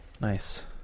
Nice